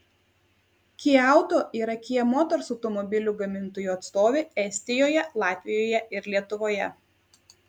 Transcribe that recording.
kia auto yra kia motors automobilių gamintojų atstovė estijoje latvijoje ir lietuvoje